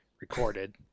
recorded